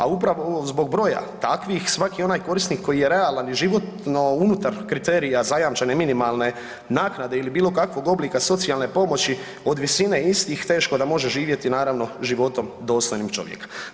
A upravo zbog broja takvih svaki onaj korisnik koji je realan i životno unutar kriterija zajamčene minimalne naknade ili bilo kakvog oblika socijalne pomoći od visine istih teško da može živjeti naravno životom dostojnim čovjeka.